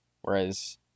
Whereas